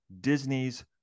Disney's